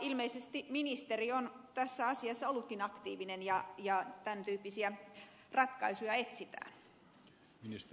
ilmeisesti ministeri on tässä asiassa ollutkin aktiivinen ja tämän tyyppisiä ratkaisuja etsitään